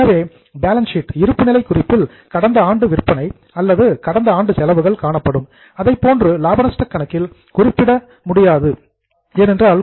எனவே balance sheet இருப்புநிலை குறிப்பில் கடந்த ஆண்டு விற்பனை அல்லது கடந்த ஆண்டு செலவுகள் காணப்படும் அதைப் போன்று லாப நஷ்டக் கணக்கில் குறிப்பிட முடியாது